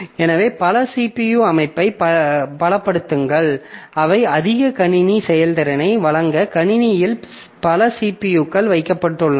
எனவே பல CPU அமைப்பைப் பலப்படுத்துங்கள் அவை அதிக கணினி செயல்திறனை வழங்க கணினியில் பல CPUக்கள் வைக்கப்பட்டுள்ளன